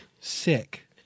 Sick